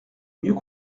mieux